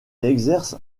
exerce